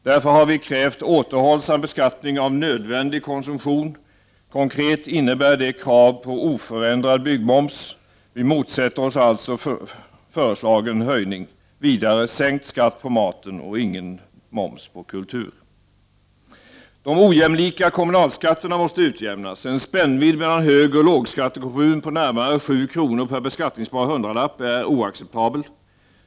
Därför har vi krävt en återhållsam beskattning av nödvändig konsumtion. Konkret innebär det krav på oförändrad byggmoms. Vi motsätter oss alltså den föreslagna höjningen. Vidare skall det vara sänkt skatt på maten och ingen moms på kultur. De ojämlika kommunalskatterna måste utjämnas. En spännvidd mellan högoch lågskattekommun om närmare 7 kr. per beskattningsbar hundralapp är oacceptabel.